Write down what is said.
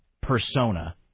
persona